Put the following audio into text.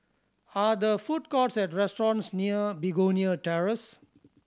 are there food courts and restaurants near Begonia Terrace